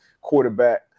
quarterback